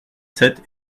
sept